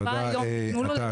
הוא בא היום, תנו לו לדבר.